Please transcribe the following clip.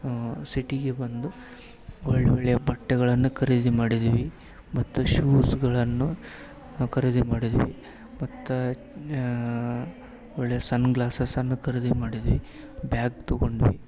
ಸಿಟಿಗೆ ಬಂದು ಒಳ್ ಒಳ್ಳೆಯ ಬಟ್ಟೆಗಳನ್ನು ಖರೀದಿ ಮಾಡಿದ್ವಿ ಮತ್ತು ಶೂಸ್ಗಳನ್ನು ಖರೀದಿ ಮಾಡಿದ್ವಿ ಮತ್ತ ಒಳ್ಳೆಯ ಸನ್ಗ್ಲಾಸಸನ್ನು ಖರೀದಿ ಮಾಡಿದ್ವಿ ಬ್ಯಾಗ್ ತೊಗೊಂಡ್ವಿ